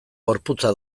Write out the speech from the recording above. gorputza